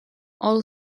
all